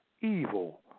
evil